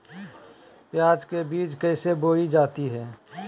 प्याज के बीज कैसे बोई जाती हैं?